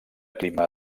clima